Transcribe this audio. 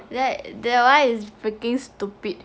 that that one is freaking stupid